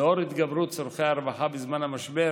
לנוכח התגברות צורכי הרווחה בזמן המשבר